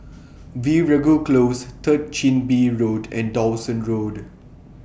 Veeragoo Close Third Chin Bee Road and Dawson Road